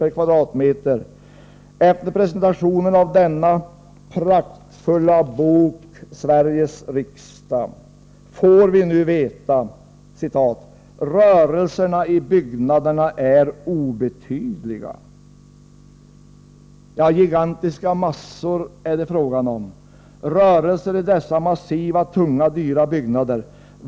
per kvadratmeter — efter presentationen av den praktfulla boken Sveriges Riksdag, får vi veta att rörelserna i byggnaderna är obetydliga. Det är fråga om gigantiska massor. Rörelser i dessa massiva, tunga, dyra byggnader.